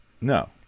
no